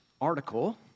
article